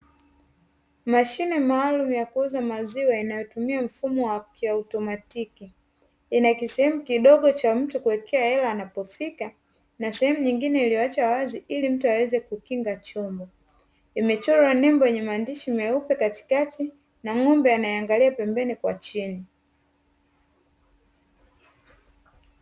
Mashine maalum ya kuuza maziwa inayotumia mfumo wa kiotematiki, ina kisehemu kidogo cha mtu kuwekea hela anapofika na sehemu nyingine iliyoachwa wazi ili mtu aweze kukinga chombo. Imechorwa nembo yenye maandishi meupe katikati na ng'ombe anaeangalia pembeni kwa chini.